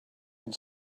and